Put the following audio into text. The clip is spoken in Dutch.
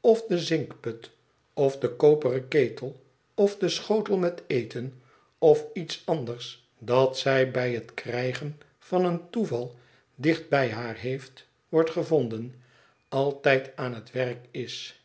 ot den zinkput of den koperen ketel of den schotel met eten of iets anders dat zij bij het krijgen van een toeval dicht bij haar heeft wordt gevonden altijd aan het werk is